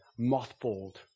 mothballed